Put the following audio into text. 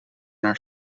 naar